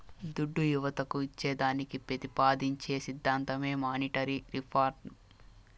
దుడ్డు యువతకు ఇచ్చేదానికి పెతిపాదించే సిద్ధాంతమే మానీటరీ రిఫార్మ్